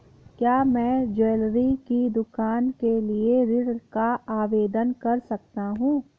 क्या मैं ज्वैलरी की दुकान के लिए ऋण का आवेदन कर सकता हूँ?